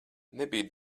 nebiju